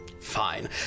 Fine